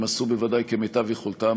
והם עשו בוודאי כמיטב יכולתם,